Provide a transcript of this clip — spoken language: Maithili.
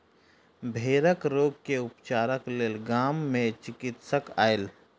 भेड़क रोग के उपचारक लेल गाम मे चिकित्सक आयल